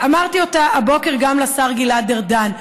ואמרתי אותה הבוקר גם לשר גלעד ארדן,